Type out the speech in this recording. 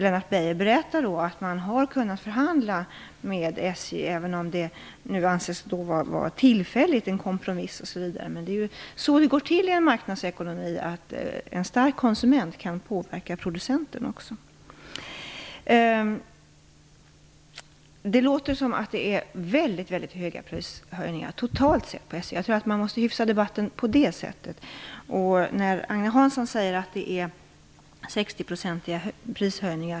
Lennart Beijer berättar att man har kunnat förhandla med SJ. Det kan anses vara en tillfällig kompromiss, men så går det till i en marknadsekonomi. En stark konsument kan påverka producenten också. Det låter som om det totalt handlar om mycket höga prishöjningar när det gäller SJ. Jag tror att man måste hyfsa debatten. Agne Hansson säger att det är prishöjningar på 60 %.